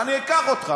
ואני אקח אותך.